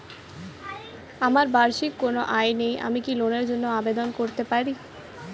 আমার বার্ষিক কোন আয় নেই আমি কি লোনের জন্য আবেদন করতে পারি?